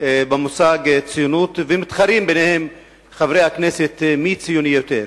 במושג ציונות ומתחרים ביניהם חברי הכנסת מי ציוני יותר.